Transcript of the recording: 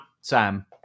Sam